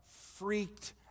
freaked